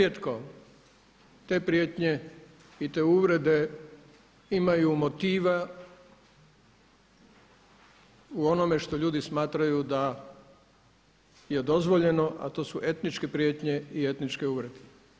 Nerijetko te prijetnje i te uvrede imaju motiva u onome što ljudi smatraju da je dozvoljeno, a to su etničke prijetnje i etničke uvrede.